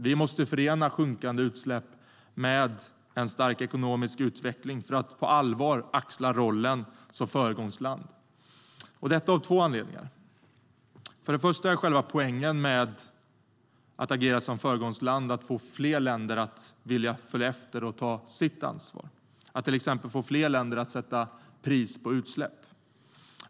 Vi måste förena sjunkande utsläpp med en stark ekonomisk utveckling för att på allvar axla rollen som föregångsland, och detta av två anledningar. För det första är själva poängen med att agera som föregångsland att få fler länder att följa efter och ta sitt ansvar, till exempel att få fler länder att sätta pris på utsläpp.